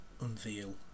...unveil